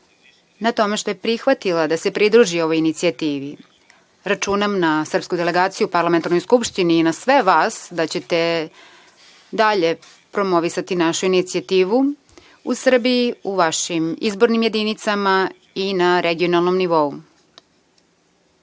na tome što je prihvatila da se pridruži ovoj inicijativi. Računam na srpsku delegaciju u Parlamentarnoj skupštini i na sve vas da ćete dalje promovisati našu inicijativu u Srbiji, u vašim izbornim jedinicama i na regionalnom nivou. Drugo